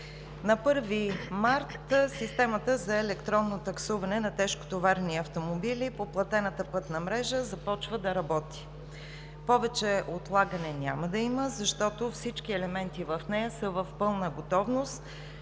На 1 март системата за електронно таксуване на тежкотоварни автомобили по платената пътна мрежа започва да работи. Повече отлагане няма да има, защото всички елементи в нея са в пълна